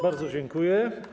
Bardzo dziękuję.